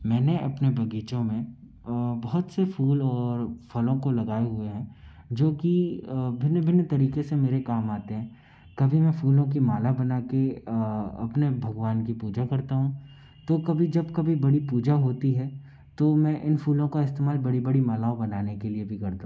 मैंने अपने बगीचों में बहुत से फूल और फलों को लगाए हुए है जो कि भिन्न भिन्न तरीके से मेरे काम आते हैं कभी मैं फूलों के माला बना कर अपने भगवान की पूजा करता हूँ तो कभी जब कभी बड़ी पूजा होती है तो मैं इन फूलों का इस्तेमाल बड़ी बड़ी मालाओं बनाने के लिए भी करता हूँ